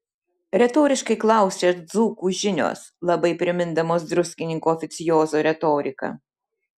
retoriškai klausia dzūkų žinios labai primindamos druskininkų oficiozo retoriką